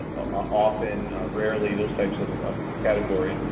often, rarely, those types of ah categories,